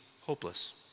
hopeless